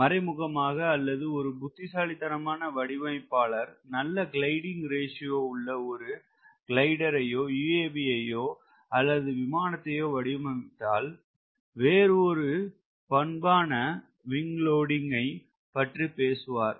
மறைமுகமாக அல்லது ஒரு புத்திசாலித்தனமான வடிவமைப்பாளர் நல்ல க்லைடிங் ரேஸியோ உள்ள ஒரு கிளைடர்ஐயோ UAV ஐயோ அல்லது விமானத்தையோ வடிவமைத்தால் வேறு ஒரு பண்பான wing loading wing loading WS ஐ பற்றி பேசுவார்